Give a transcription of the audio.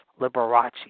Liberace